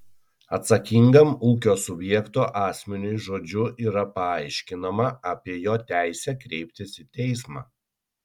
atsakingam ūkio subjekto asmeniui žodžiu yra paaiškinama apie jo teisę kreiptis į teismą